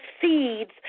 seeds